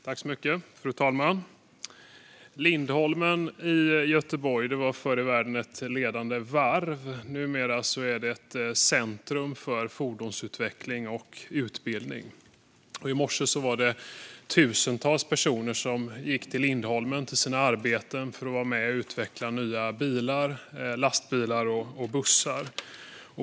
Fru talman! Lindholmen i Göteborg var förr i världen ett ledande varv. Numera är det ett centrum för fordonsutveckling och utbildning. I morse gick tusentals personer till sina arbeten på Lindholmen för att vara med och utveckla nya bilar, lastbilar och bussar.